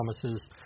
promises